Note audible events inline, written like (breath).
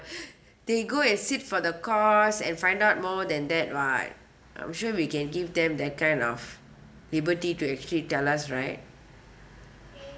(breath) they go and sit for the course and find out more than that [what] I'm sure we can give them that kind of liberty to actually tell us right